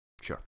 Sure